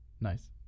nice